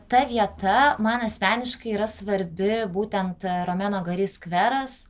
ta vieta man asmeniškai yra svarbi būtent romeno gari skveras